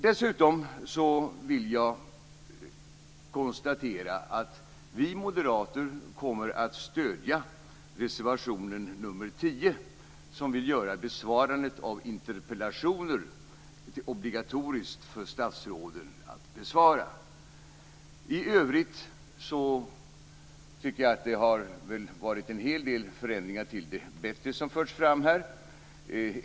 Dessutom kan jag konstatera att vi moderater kommer att stödja reservation nr 10 där man vill göra besvarandet av interpellationer obligatoriskt för statsråden. I övrigt tycker jag att det har varit en hel del förändringar till det bättre som förts fram här.